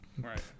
Right